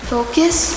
Focus